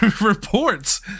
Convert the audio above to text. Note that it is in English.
reports